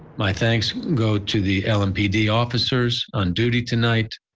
my thanks go to the lmpd officers on duty tonight,